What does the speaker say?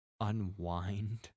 Unwind